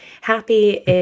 happy